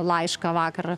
laišką vakar